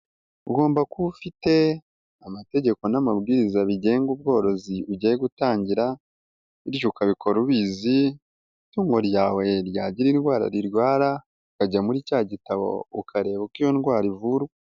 Ugomba kuba ufite amategeko n'amabwiriza bigenga ubworozi ugiye gutangira, bityo ukabikora ubizi, itungo ryawe ryagira indwara rirwara, ukajya muri cya gitabo ukareba uko iyo ndwara ivurwa.